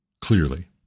Clearly